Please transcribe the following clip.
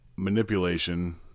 manipulation